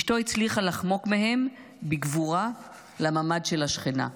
אשתו הצליחה לחמוק מהם בגבורה לממ"ד של השכנה.